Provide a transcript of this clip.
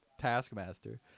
taskmaster